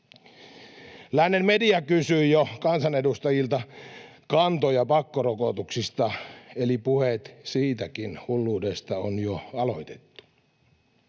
Lännen Media kysyi jo kansanedustajilta kantoja pakkorokotuksista, eli puheet siitäkin hulluudesta on jo aloitettu.